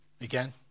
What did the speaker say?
Again